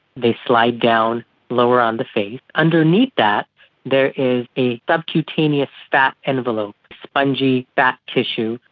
they slide down lower on the face. underneath that there is a subcutaneous fat envelope, spongy fat tissue.